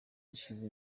dushyize